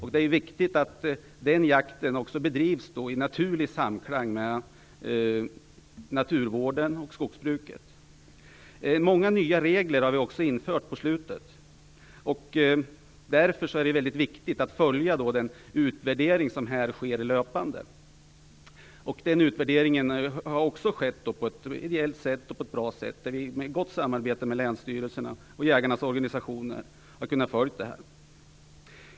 Det är viktigt att älgjakten bedrivs i naturlig samklang med naturvården och skogsbruket. Vi har också infört många nya regler den senaste tiden. Det är därför mycket viktigt att följa den löpande utvärdering som sker. Den utvärderingen har gjorts med ideella krafter på ett bra sätt, och vi har i gott samarbete med länsstyrelserna och jägarnas organisationer kunnat följa utvecklingen.